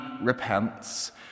repents